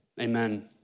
amen